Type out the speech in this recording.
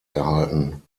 erhalten